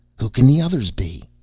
who can the others be?